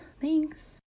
Thanks